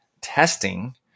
testing